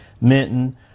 Minton